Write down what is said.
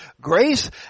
grace